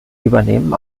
übernehmen